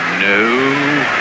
No